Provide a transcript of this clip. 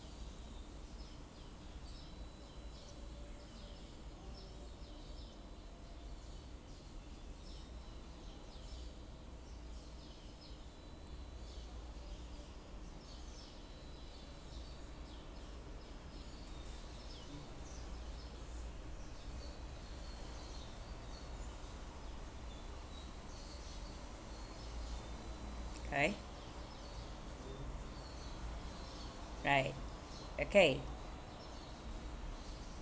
okay right okay